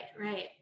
Right